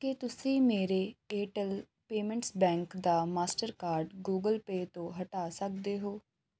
ਕਿ ਤੁਸੀਂਂ ਮੇਰੇ ਏਅਰਟੈੱਲ ਪੇਮੈਂਟਸ ਬੈਂਕ ਦਾ ਮਾਸਟਰਕਾਰਡ ਗੁਗਲ ਪੇਅ ਤੋਂ ਹਟਾ ਸਕਦੇ ਹੋ